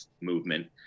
movement